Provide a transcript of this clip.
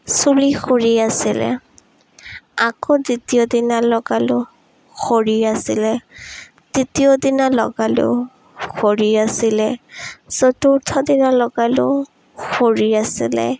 চুলি সৰি আছিলে আকৌ দ্বিতীয় দিনা লগালোঁ সৰি আছিলে তৃতীয় দিনা লগালোঁ সৰি আছিলে চতুৰ্থ দিনা লগালোঁ সৰি আছিলে